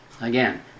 Again